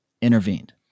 Intervened